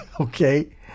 okay